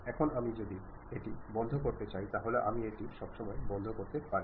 এখন আমি যদি এটি বন্ধ করতে চাই তাহলে আমি এটি সবসময় বন্ধ করতে পারি